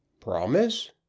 Promise